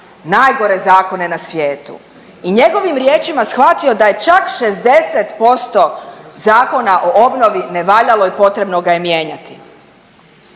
najgore zakone na svijetu i njegovim riječima shvatio da je čak 60% zakona o obnovi nevaljalo i potrebno ga je mijenjati